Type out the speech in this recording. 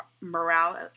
morale